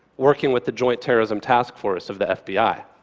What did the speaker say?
working with the joint terrorism task force of the fbi.